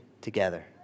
together